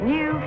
New